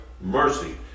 mercy